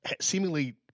seemingly